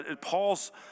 Paul's